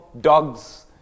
dogs